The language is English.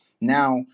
Now